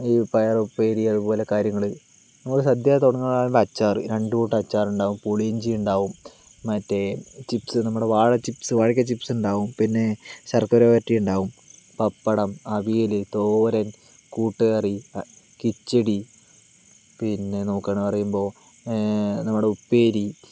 ഈ പയറുപ്പേരി അതുപോലെ കാര്യങ്ങൾ നമ്മൾ സദ്യ തുടങ്ങുമ്പോഴുള്ള അച്ചാർ രണ്ടു കൂട്ടം അച്ചാറുണ്ടാകും പുളിയിഞ്ചി ഉണ്ടാകും മറ്റേ ചിപ്സ് നമ്മുടെ വാഴ ചിപ്സ് വാഴക്ക ചിപ്സുണ്ടാകും പിന്നെ ശര്ക്കര വരട്ടി ഉണ്ടാകും പപ്പടം അവിയൽ തോരന് കൂട്ടുകറി കിച്ചടി പിന്നെ നോക്കുകയാണെന്ന് പറയുമ്പോൾ നമ്മുടെ ഉപ്പേരി